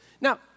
Now